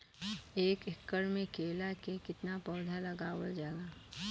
एक एकड़ में केला के कितना पौधा लगावल जाला?